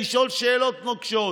לשאול שאלות נוקבות?